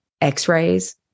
x-rays